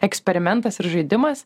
eksperimentas ir žaidimas